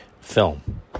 film